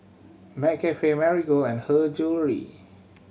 McCafe Marigold and Her Jewellery